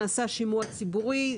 נעשה שימוע ציבורי,